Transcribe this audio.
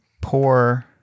poor